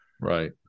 Right